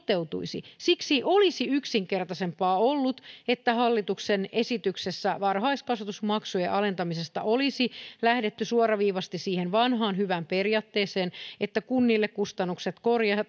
olisi toteutunut siksi olisi yksinkertaisempaa ollut että hallituksen esityksessä varhaiskasvatusmaksujen alentamisesta olisi lähdetty suoraviivaisesti siihen vanhaan hyvään periaatteeseen että kunnille kustannukset